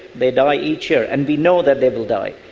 they die each year and we know that they will die.